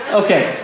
okay